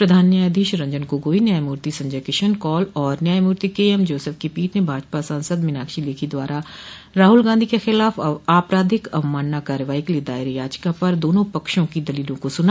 प्रधान न्यायाधीश रंजन गोगोई न्यायमूर्ति संजय किशन कौल और न्यायमूर्ति केएम जोसेफ की पीठ ने भाजपा सांसद मीनाक्षी लेखी द्वारा राहुल गांधी के खिलाफ आपराधिक अवमानना कार्यवाही के लिये दायर याचिका पर दोनों पक्षों की दलीलों को सुना